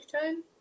time